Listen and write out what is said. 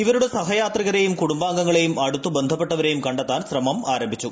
ഇവരുടെ സഹയാത്രികരെയും കുടുംബാംഗങ്ങളെയും അടുത്തു ബന്ധപ്പെട്ടവരെയും കണ്ടെത്താൻ ശ്രമം ആരംഭിച്ചു